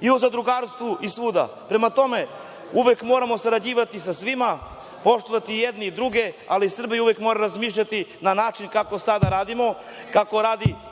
i u zadrugarstvu i svuda. Prema tome, uvek moramo sarađivati sa svima, poštovati jedni druge, ali Srbija uvek mora razmišljati na način kako sada radimo, kako radi